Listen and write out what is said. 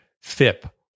FIP